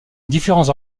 différents